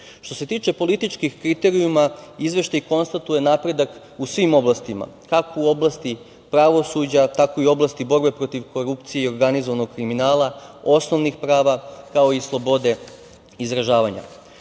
se tiče političkih kriterijuma, Izveštaj konstatuje napredak u svim oblastima, kako u oblasti pravosuđa, tako i u oblasti borbe protiv korupcije i organizovanog kriminala, osnovnih prava, kao i slobode izražavanja. Moram